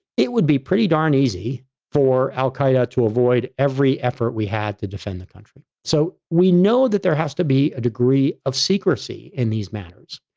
it would be pretty darn easy for al qaeda to avoid every effort, we had to defend the country. so, we know that there has to be a degree of secrecy in these matters.